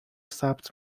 ثبت